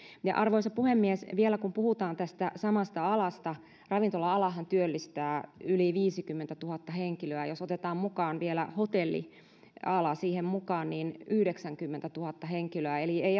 arvoisa puhemies vielä kun puhutaan tästä samasta alasta ravintola alahan työllistää yli viisikymmentätuhatta henkilöä ja jos otetaan siihen mukaan vielä hotelliala niin yhdeksänkymmentätuhatta henkilöä eli ei